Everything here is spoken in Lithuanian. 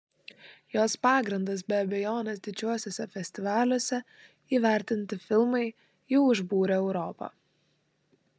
jos pagrindas be abejonės didžiuosiuose festivaliuose įvertinti filmai jau užbūrę europą